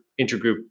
intergroup